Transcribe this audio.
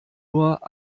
nur